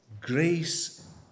Grace